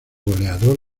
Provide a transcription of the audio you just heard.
goleador